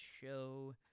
show